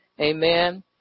amen